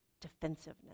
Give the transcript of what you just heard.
Defensiveness